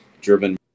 driven